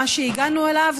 מה שהגענו אליו,